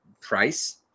Price